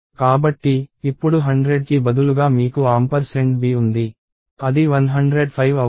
కాబట్టి ఇప్పుడు 100కి బదులుగా మీకు b ఉంది అది 105 అవుతుంది